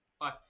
Bye